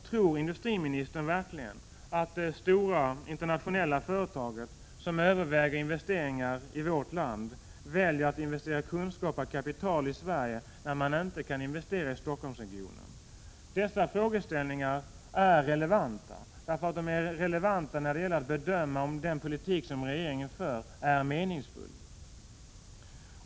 Tror industriministern verkligen att det stora internationella företaget som överväger investeringar i vårt land väljer att investera kunskap och kapital i Sverige när man inte kan investera i Stockholmsregionen? Dessa frågeställningar är relevanta när det gäller att bedöma om den politik som regeringen för är meningsfull.